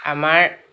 আমাৰ